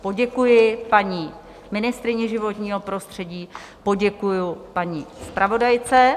Poděkuji paní ministryni životního prostředí, poděkuji paní zpravodajce.